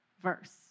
verse